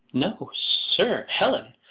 no, sir, helen.